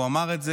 והוא אמר את זה,